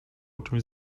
czymś